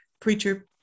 preacher